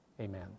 Amen